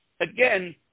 again